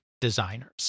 designers